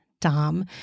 dom